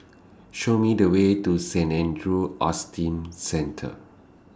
Show Me The Way to Saint Andrew's Autism Centre